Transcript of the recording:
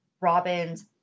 Robin's